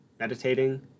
Meditating